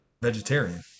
vegetarian